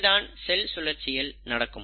இது தான் செல் சுழற்சியில் நடக்கும்